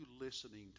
listening